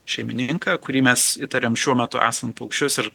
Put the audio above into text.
šeimininką kurį mes įtariam šiuo metu esant paukščius ir